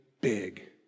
big